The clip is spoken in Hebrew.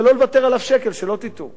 ולא לוותר על אף שקל, שלא תטעו.